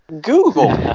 Google